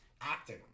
Acting